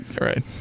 Right